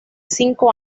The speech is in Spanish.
cinco